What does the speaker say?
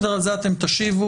על זה אתם תשיבו.